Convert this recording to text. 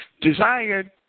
desired